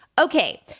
Okay